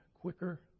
quicker